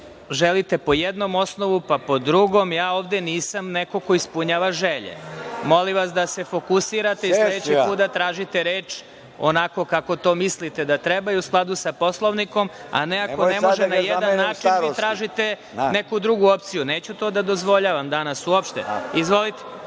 želite po jednom osnovu, pa po drugom. Ja ovde nisam neko ko ispunjava želje. Molim vas da se fokusirate i sledeći put da tražite reč onako kako to mislite da treba i u skladu sa Poslovnikom, a ne ako ne može na jedan način, vi tražite neku drugu opciju. Neću to da dozvoljavam danas uopšte. Izvolite.